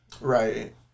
Right